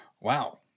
Wow